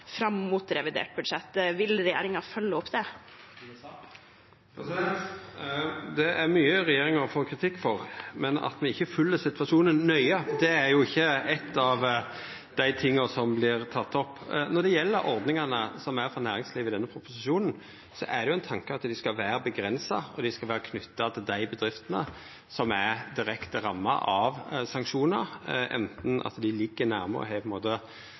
fram mot revidert budsjett. Vil regjeringen følge opp det? Det er mykje regjeringa får kritikk for, men at ein ikkje følgjer situasjonen nøye, er ikkje ein av tinga som vert tekne opp. Når det gjeld ordningane for næringslivet i denne proposisjonen, er det ein tanke at dei skal vera avgrensa, og dei skal vera knytte til dei bedriftene som er direkte ramma av sanksjonar, anten at dei ligg nært og